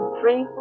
three